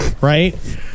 right